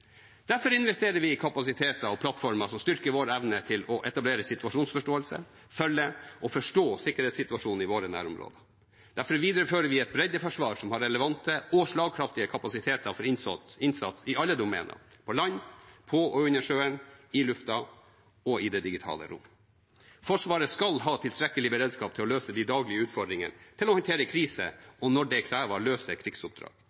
Derfor investerer vi i kapasiteter og plattformer som styrker vår evne til å etablere situasjonsforståelse, følge og forstå sikkerhetssituasjonen i våre nærområder. Derfor viderefører vi et breddeforsvar som har relevante og slagkraftige kapasiteter for innsats i alle domener – på land, på og under sjøen, i lufta og i det digitale rom. Forsvaret skal ha tilstrekkelig med beredskap til å løse de daglige utfordringene, til å håndtere kriser, og når det kreves til å løse krigsoppdrag.